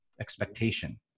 expectation